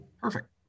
Perfect